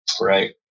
right